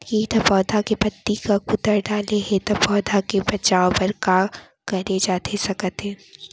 किट ह पौधा के पत्ती का कुतर डाले हे ता पौधा के बचाओ बर का करे जाथे सकत हे?